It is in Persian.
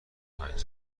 پنج